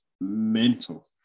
mental